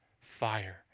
fire